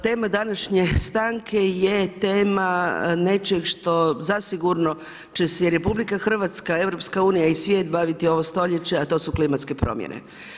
Tema današnje stanke je tema nečeg što zasigurno će se RH i EU i svijet baviti ovo stoljeće, a to su klimatske promjene.